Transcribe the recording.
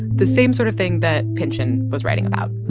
the same sort of thing that pynchon was writing about.